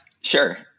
Sure